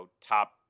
top